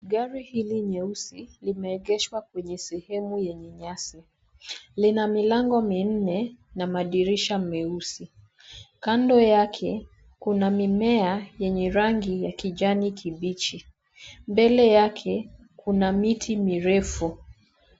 Gari hili nyeusi limeegeshwa kwenye sehemu yenye nyasi. Lina milango minne na madirisha meusi. Kando yake kuna mimea yenye rangi ya kijani kibichi. Mbele yake kuna miti mirefu.